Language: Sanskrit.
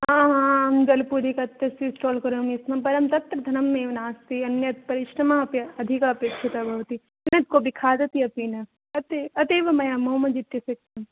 हा हा अहं भेल् पुरि कत्तस्य स्टाल् करोमि यत् परं तत्र धनमेव नास्ति अन्यत् परिश्रमः अपि अधिकः अपेक्षितः भवति न कोऽपि खादति अपि न अत अत एव मया मोमोज् इत्यस्य कृतम्